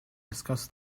discuss